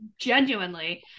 genuinely